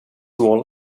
wall